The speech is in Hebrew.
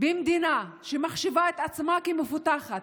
במדינה שמחשיבה את עצמה כמפותחת,